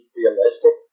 realistic